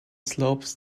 slopes